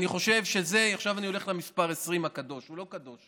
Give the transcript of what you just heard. עכשיו אני הולך למספר 20 הקדוש, הוא לא קדוש.